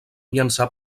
llançar